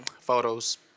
Photos